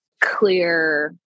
clear